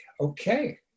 okay